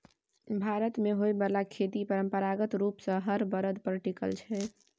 भारत मे होइ बाला खेती परंपरागत रूप सँ हर बरद पर टिकल छै